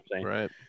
Right